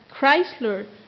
Chrysler